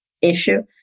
issue